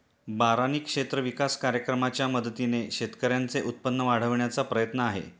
बारानी क्षेत्र विकास कार्यक्रमाच्या मदतीने शेतकऱ्यांचे उत्पन्न वाढविण्याचा प्रयत्न आहे